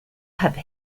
have